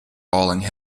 hauling